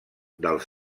dels